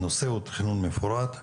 הנושא הוא תכנון מפורט,